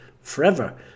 forever